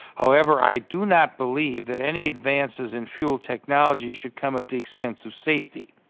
however, i do not believe that any advances in fuel technologies should come at the expense of safety.